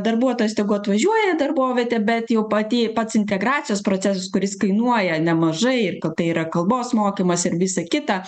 darbuotojas tegu atvažiuoja darbovietę bet jau pati pats integracijos proces kuris kainuoja nemažai ir kad tai yra kalbos mokymas ir visa kita